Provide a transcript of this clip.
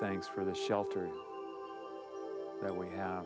thanks for the shelter that we have